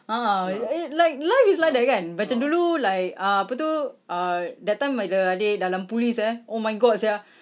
ah it it like life is like that kan macam dulu like apa tu err that time when the adik dalam police eh oh my god sia